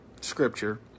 scripture